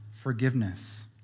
forgiveness